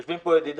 יושבים פה ידידיי,